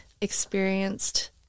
experienced